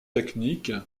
technique